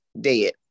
dead